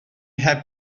heb